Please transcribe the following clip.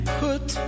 put